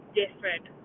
different